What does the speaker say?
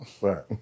right